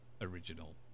original